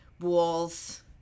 walls